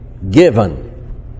Given